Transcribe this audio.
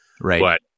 right